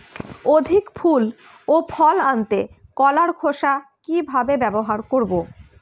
অধিক ফুল ও ফল আনতে কলার খোসা কিভাবে ব্যবহার করব?